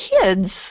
kids